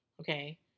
okay